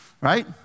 Right